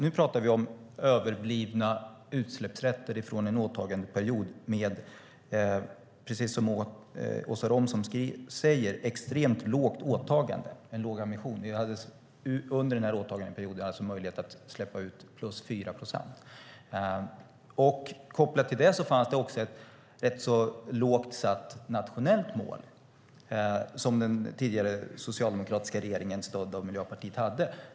Nu pratar vi om överblivna utsläppsrätter från en åtagandeperiod med extremt lågt åtagande och låg ambition, som Åsa Romson säger. Vi hade under den här åtagandeperioden möjlighet att släppa ut plus 4 procent. Kopplat till det fanns det också ett lågt satt nationellt mål som den tidigare socialdemokratiska regeringen stödd av Miljöpartiet hade.